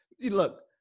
look